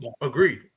agreed